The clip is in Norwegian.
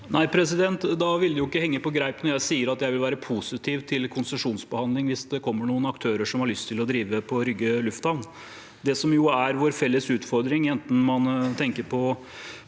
Nei, da ville det ikke henge på greip når jeg sier at jeg vil være positiv til konsesjonsbehandlingen hvis det kommer noen aktører som har lyst til å drive på Rygge lufthavn. Det som er vår felles utfordring, enten man tenker på